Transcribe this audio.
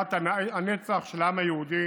בירת הנצח של העם היהודי,